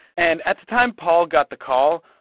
and at the time paul got the call,